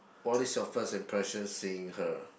what is your first impression seeing her